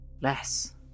Less